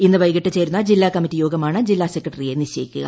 ഇന്ന് വൈകിട്ട് ചേരുന്ന ജില്ലാ കമ്മിറ്റി യോഗമാണ് ജില്ലാ സെക്രട്ടറിയെ നിശ്ചയിക്കുക